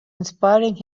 inspiring